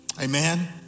Amen